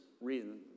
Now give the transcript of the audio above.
reason